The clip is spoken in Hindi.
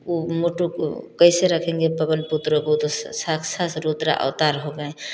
वो मुकुट के कैसे रखेंगे पवन पुत्र वो तो साक्षात रुद्रा अवतार हो गए